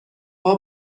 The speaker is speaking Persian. شده